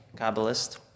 Kabbalist